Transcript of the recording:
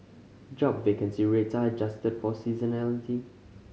job vacancy rates are adjusted for seasonality